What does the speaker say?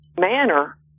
Manner